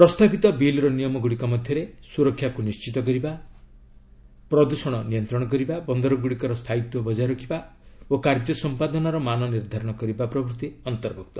ପ୍ରସ୍ତାବିତ ବିଲ୍ର ନିୟମଗୁଡ଼ିକ ମଧ୍ୟରେ ସୁରକ୍ଷାକୁ ନିଶ୍ଚିତ କରିବା ପ୍ରଦୂଷଣ ନିୟନ୍ତ୍ରଣ କରିବା ବନ୍ଦରଗୁଡ଼ିକର ସ୍ଥାୟୀତ୍ୱ ବଜାୟ ରଖିବା ଓ କାର୍ଯ୍ୟ ସମ୍ପାଦନାର ମାନ ନିର୍ଦ୍ଧାରଣ କରିବା ପ୍ରଭୃତି ଅନ୍ତର୍ଭୁକ୍ତ